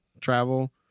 travel